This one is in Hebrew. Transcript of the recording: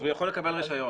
אז הוא יכול לקבל רישיון.